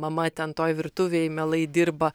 mama ten toj virtuvėj mielai dirba